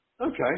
Okay